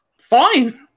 fine